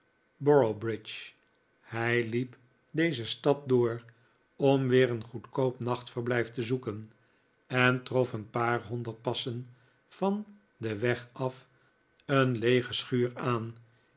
boroughbridge hij liep deze stad door om weer een goedkoop nachtverblijf te zoeken en trof een paar honderd passen van den weg af een leege schuur aan